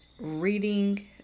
reading